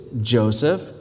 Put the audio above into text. Joseph